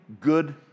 good